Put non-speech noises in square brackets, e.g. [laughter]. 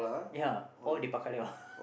ya all they bao ka liao [laughs]